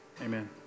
Amen